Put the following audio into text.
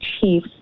chief